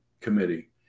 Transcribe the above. committee